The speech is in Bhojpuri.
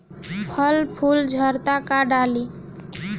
फल फूल झड़ता का डाली?